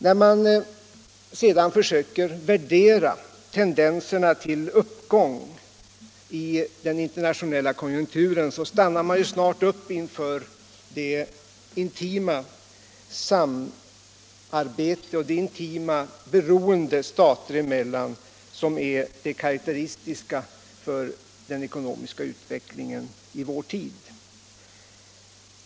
När man nu försöker värdera tendenserna till uppgång i den internationella konjunkturen stannar man snart upp inför det intima samarbete och beroende stater emellan som är karakteristiskt för den ekonomiska utvecklingen i vår tid.